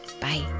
Bye